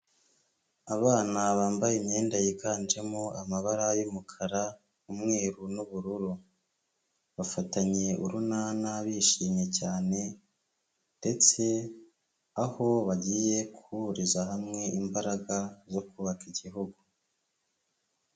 Abana bambaye imyenda yiganjemo amabara y'umukara, umweruru n'ubururu, bafatanye urunana bishimye cyane ndetse aho bagiye guhuriza hamwe imbaraga zo kubaka igihugu.